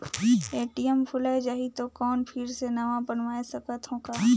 ATM भुलाये जाही तो कौन फिर से नवा बनवाय सकत हो का?